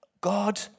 God